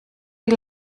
die